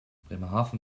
bremerhaven